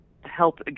help